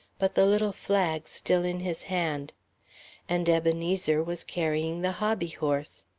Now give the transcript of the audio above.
but the little flag still in his hand and ebenezer was carrying the hobbyhorse.